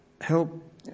help